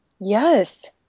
Yes